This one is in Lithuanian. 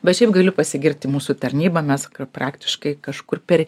bet šiaip galiu pasigirti mūsų tarnyba mes praktiškai kažkur per